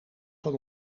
van